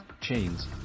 chains